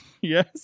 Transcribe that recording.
Yes